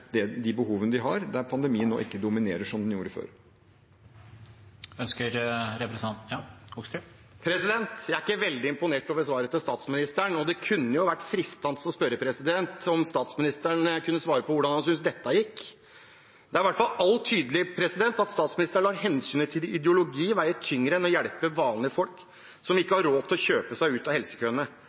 de behovene de har, der pandemien nå ikke dominerer som den gjorde før. Bård Hoksrud – til oppfølgingsspørsmål. Jeg er ikke veldig imponert over svaret til statsministeren, og det kunne vært fristende å spørre om statsministeren kunne svare på hvordan han synes dette gikk. Det er i hvert fall helt tydelig at statsministeren lar hensynet til ideologi veie tyngre enn å hjelpe vanlige folk, som ikke har råd til å kjøpe seg ut av helsekøene.